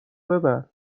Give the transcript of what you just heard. ببر